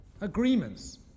agreements